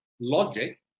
logic